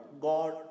God